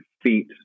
feet